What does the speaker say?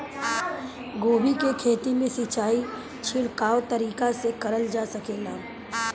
गोभी के खेती में सिचाई छिड़काव तरीका से क़रल जा सकेला?